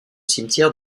cimetière